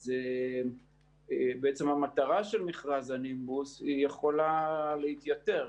אז בעצם המטרה של מכרז הנימבוס יכולה להתייתר,